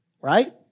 right